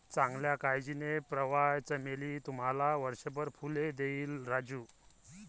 चांगल्या काळजीने, प्रवाळ चमेली तुम्हाला वर्षभर फुले देईल राजू